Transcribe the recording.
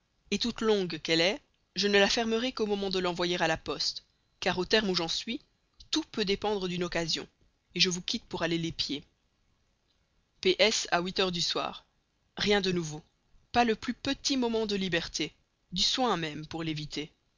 lettre toute longue qu'elle est je ne la fermerai qu'au moment de l'envoyer à la poste car au terme où j'en suis tout peut dépendre d'une occasion je vous quitte pour aller l'épier p s a neuf heures du soir rien de nouveau pas le plus petit moment de liberté du soin même pour l'éviter